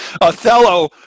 Othello